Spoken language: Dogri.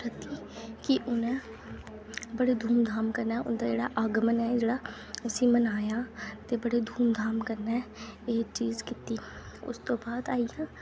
की उन बड़े धूमधाम कन्नै उंदा आगमन ऐ जेह्ड़ा उसी मनाया ते बड़ी धूमधाम कन्नै एह् चीज कीती उस तूं बाद आई